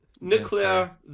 nuclear